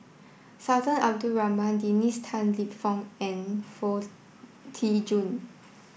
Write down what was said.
Sultan Abdul Rahman Dennis Tan Lip Fong and Foo Tee Jun